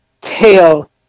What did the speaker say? tail